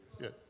Yes